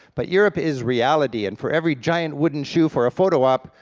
but europe is reality, and for every giant wooden shoe for a photo op,